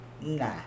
Nah